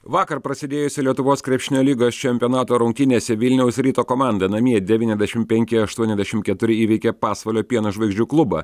vakar prasidėjusi lietuvos krepšinio lygos čempionato rungtynėse vilniaus ryto komanda namie devyniasdešim penki aštuoniasdešim keturi įveikė pasvalio pieno žvaigždžių klubą